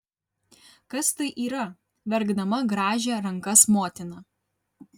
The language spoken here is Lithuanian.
kas tai yra verkdama grąžė rankas motina